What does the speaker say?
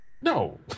No